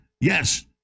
Yes